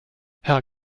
herr